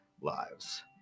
lives